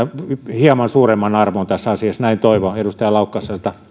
hieman suuremman arvon tässä asiassa näin toivon edustaja laukkaselta